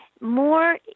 More